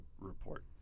report